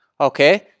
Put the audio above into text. Okay